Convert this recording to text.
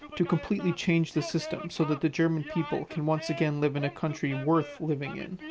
to completely change the system, so that the german people can once again live in a country and worth living in.